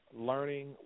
learning